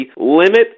limit